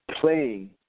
playing